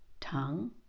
tongue